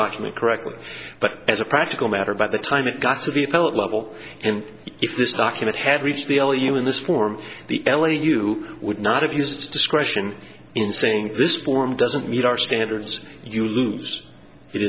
document correctly but as a practical matter by the time it got to the appellate level and if this document had reached the all you in this form the l a you would not have used discretion in saying this form doesn't meet our standards you lose it